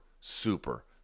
super